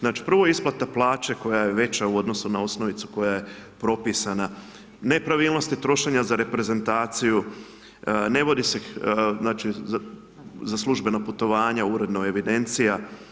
Znači prvo isplata plaće koja je veća u odnosu na osnovicu koja je propisana, nepravilnosti trošenja za reprezentaciju, ne vodi se, znači za službeno putovanja uredno evidencija.